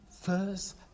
first